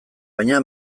baina